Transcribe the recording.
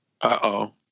Uh-oh